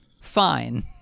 fine